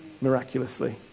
Miraculously